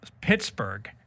pittsburgh